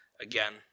again